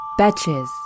Betches